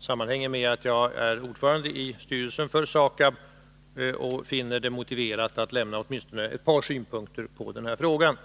sammanhänger med att jag är ordförande i styrelsen för SAKAB och finner det motiverat att anlägga åtminstone ett par synpunkter på denna fråga.